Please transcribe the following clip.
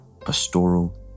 pastoral